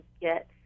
get